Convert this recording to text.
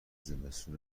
زمستون